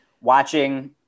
watching